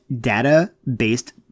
data-based